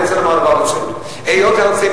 אני רוצה לומר דבר: היות שאנחנו נמצאים